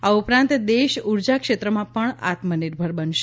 આ ઉપરાંત દેશ ઉર્જા ક્ષેત્રમાં પણ આત્મનિર્ભર બનશે